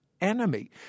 enemy